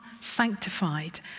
sanctified